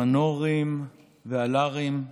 המנורים והלרים,